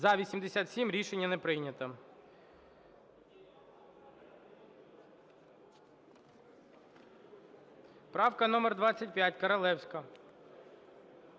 За-87 Рішення не прийнято. Правка номер 25, Королевська.